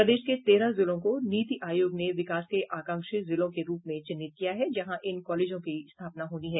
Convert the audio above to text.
प्रदेश के तेरह जिलों को नीति आयोग ने विकास के आकांक्षी जिलों के रूप में चिन्हित किया है जहां इन कॉलेजों की स्थापना होनी है